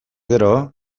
gero